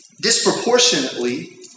disproportionately